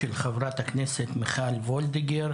של חברת הכנסת מיכל וולדיגר,